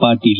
Patil